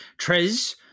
Trez